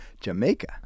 Jamaica